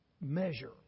measure